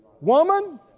Woman